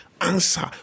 answer